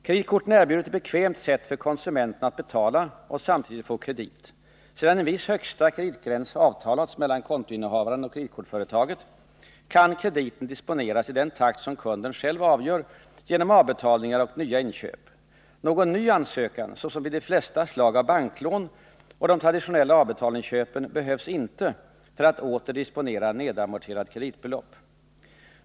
Kreditkorten erbjuder ett bekvämt sätt för konsumenten att betala och samtidigt få kredit. Sedan en viss högsta kreditgräns avtalats mellan kontoinnehavaren och kreditkortsföretaget kan krediten disponeras i den takt som kunden själv avgör genom avbetalningar och nya inköp. Någon ny ansökan såsom vid de flesta slag av banklån och de traditionella avbetalningsköpen behövs inte för att åter disponera nedamorterat kreditbelopp.